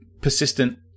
persistent